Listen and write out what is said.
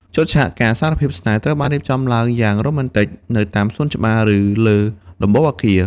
ឈុតឆាកការសារភាពស្នេហ៍ ត្រូវបានរៀបចំឡើងយ៉ាងរ៉ូមែនទិកនៅតាមសួនច្បារ ឬលើដំបូលអគារ។